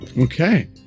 Okay